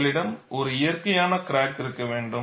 உங்களிடம் ஒரு இயற்கையான கிராக் இருக்க வேண்டும்